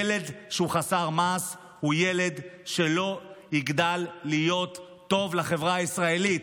ילד שהוא חסר מעש הוא ילד שלא יגדל להיות טוב לחברה הישראלית.